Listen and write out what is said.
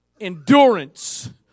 endurance